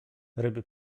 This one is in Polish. ryby